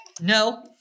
No